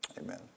Amen